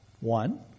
One